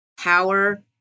power